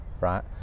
right